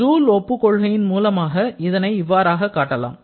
joule ஒப்புக் கொள்கையின் மூலமாக இதனை இவ்வாறாக காட்டலாம்